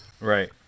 right